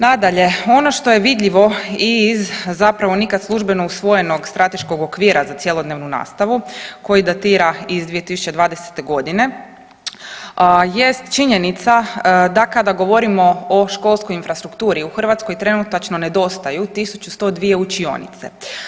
Nadalje, ono što je vidljivo i iz zapravo nikad službeno usvojenog strateškog okvira za cjelodnevnu nastavu koji datira iz 2020.g. jest činjenica da kada govorimo o školskoj infrastrukturi u Hrvatskoj trenutačno nedostaju 1102 učionice.